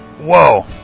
whoa